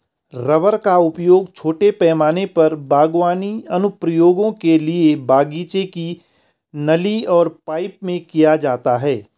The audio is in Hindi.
रबर का उपयोग छोटे पैमाने पर बागवानी अनुप्रयोगों के लिए बगीचे की नली और पाइप में किया जाता है